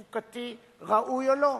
חוקתי, ראוי או לא.